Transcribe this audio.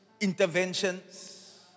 interventions